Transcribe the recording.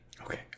Okay